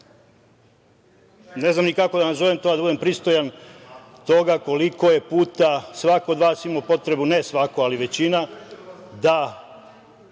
ne znam ni kako da nazovem to, a da budem pristojan toga koliko je puta svako od vas imao potrebu, ne svako ali većina, da